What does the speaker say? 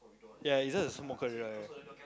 ya it's just the